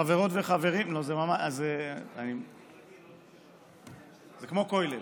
חברות וחברים, לא, זה ממש, זה כמו כולל.